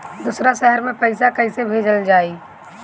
दूसरे शहर में पइसा कईसे भेजल जयी?